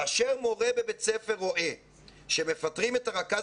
כאשר מורה בבית ספר רואה שמפטרים את הרכז